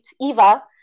Eva